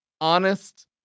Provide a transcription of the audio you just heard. honest